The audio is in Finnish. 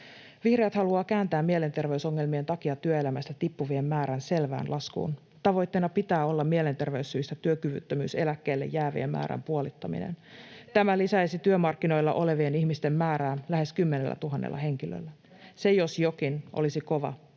pois. Vihreät haluavat kääntää mielenterveysongelmien takia työelämästä tippuvien määrän selvään laskuun. Tavoitteena pitää olla mielenterveyssyistä työkyvyttömyyseläkkeelle jäävien määrän puolittaminen. [Sari Sarkomaa: Missä terapiatakuu viipyy?] Tämä lisäisi työmarkkinoilla olevien ihmisten määrää lähes 10 000 henkilöllä. Se jos jokin olisi kova